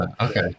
Okay